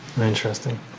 Interesting